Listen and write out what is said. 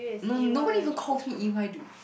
no nobody even calls me E Y dude